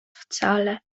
wcale